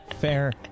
Fair